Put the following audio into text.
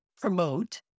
promote